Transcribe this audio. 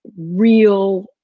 real